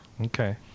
Okay